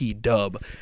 Dub